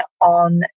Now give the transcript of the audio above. on